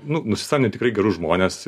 nu nusisamdėm tikrai gerus žmones